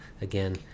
again